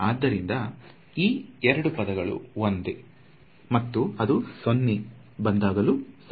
ಆದ್ದರಿಂದ ಈ ಎರಡು ಪದಗಳು ಒಂದೇ ಮತ್ತು ಅದು ಸೊನ್ನೆ ಬಂದಾಗಲೂ ಸಹ